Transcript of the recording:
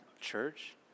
church